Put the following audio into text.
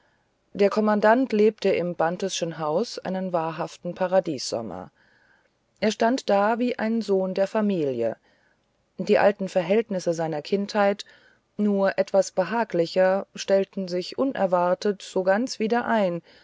der kommandant lebte im bantesschen hause einen wahrhaften paradiessommer er stand da wie ein sohn in der familie die alten verhältnisse seiner kindheit nur etwas behaglicher stellten sich unerwartet so ganz wieder ein